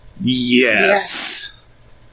Yes